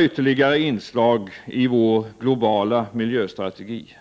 ytterligare några inslag i vår globala miljöstrategi.